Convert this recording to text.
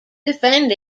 defend